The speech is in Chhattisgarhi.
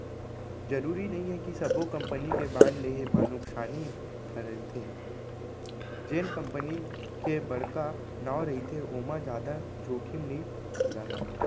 जरूरी नइये कि सब्बो कंपनी के बांड लेहे म नुकसानी हरेथे, जेन कंपनी के बड़का नांव रहिथे ओमा जादा जोखिम नइ राहय